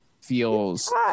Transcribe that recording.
feels